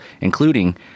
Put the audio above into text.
including